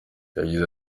yagize